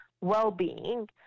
well-being